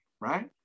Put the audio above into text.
right